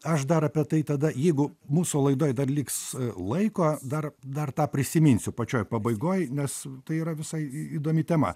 aš dar apie tai tada jeigu mūsų laidoj dar liks laiko dar dar tą prisiminsiu pačioj pabaigoj nes tai yra visai į įdomi tema